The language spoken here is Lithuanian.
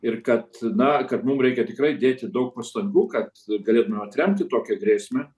ir kad na kad mum reikia tikrai dėti daug pastangų kad galėtumėm atremti tokią grėsmę